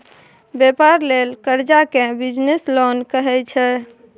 बेपार लेल करजा केँ बिजनेस लोन कहै छै